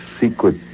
secret